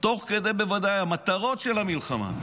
תוך כדי המטרות של המלחמה.